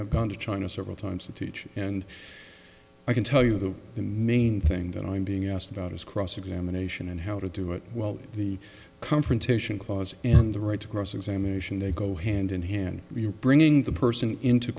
to china several times to teach and i can tell you that the main thing that i'm being asked about his cross examination and how to do it well the confrontation clause and the right to cross examination they go hand in hand we're bringing the person into